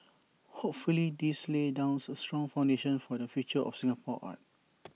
hopefully this lays down A strong foundation for the future of Singapore art